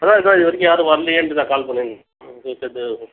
அதான் சரி இதுவரைக்கும் யாரும் வரலையேன்ட்டு நான் கால் பண்ணியிருந்தேங்க அவன்ட்ட கேட்டு